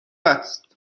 است